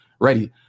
ready